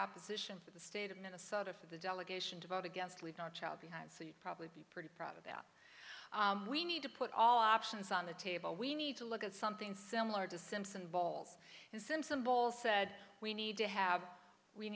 opposition for the state of minnesota for the delegation to vote against leave no child behind so you'd probably be pretty proud of that we need to put all options on the table we need to look at something similar to simpson bowles and simpson bowles said we need to have we